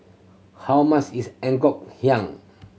how muss is Ngoh Hiang